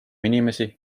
inimesi